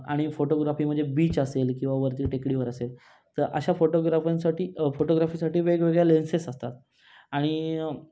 आणि फोटोग्राफीमध्ये बीच असेल किंवा वरती टेकडीवर असेल तर अशा फोटोग्राफांसाठी फोटोग्राफीसाठी वेगवेगळ्या लेन्सेस असतात आणि